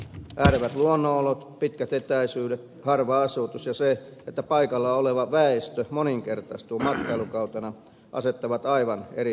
äärevät luonnonolot pitkät etäisyydet harva asutus ja se että paikalla oleva väestö moninkertaistuu matkailukautena asettavat aivan erityiset haasteet pohjoisessa